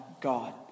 God